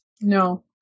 No